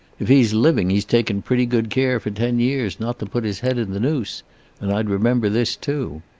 if he's living he's taken pretty good care for ten years not to put his head in the noose and i'd remember this, too.